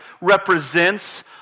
represents